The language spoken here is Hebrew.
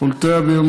קולטי אוויר,